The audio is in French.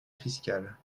fiscal